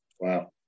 Wow